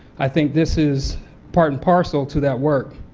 i think this is part and parcel to that work.